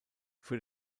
für